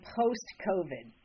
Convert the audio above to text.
post-covid